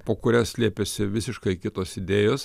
po kuria slėpėsi visiškai kitos idėjos